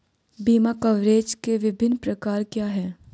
बीमा कवरेज के विभिन्न प्रकार क्या हैं?